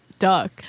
Duck